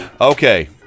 Okay